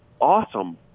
awesome